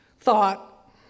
thought